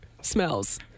smells